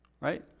right